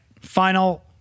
final